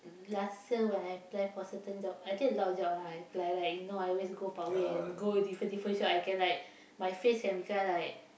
last year when I apply for certain job I take a lot of job right I apply like you know I always go parkway and go different different shop I can like my face and become like